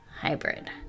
Hybrid